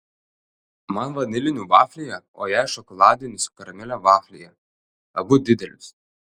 man vanilinių vaflyje o jai šokoladinių su karamele vaflyje abu didelius